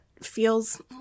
feels